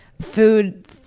Food